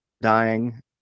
dying